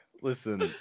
listen